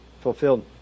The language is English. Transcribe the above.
fulfilled